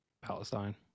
Palestine